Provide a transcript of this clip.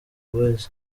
boyz